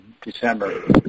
December